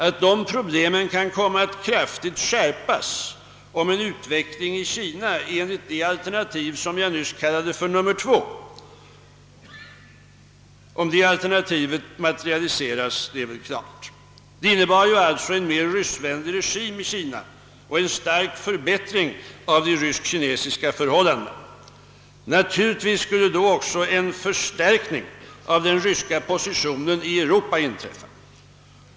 Att de problemen kan komma att kraftigt skärpas, om en utveckling i Kina enligt det alternativ som jag nyss kallade nr 2 äger rum, är klart. Detta alternativ innebär ju en mer ryssvänlig regim i Kina och en stark förbättring av de rysk-kinesiska förhållandena. Naturligtvis skulle då en förstärkning av den ryska positionen i Europa inträffa.